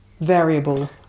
variable